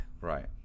Right